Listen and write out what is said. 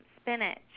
spinach